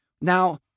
Now